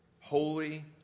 holy